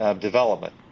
development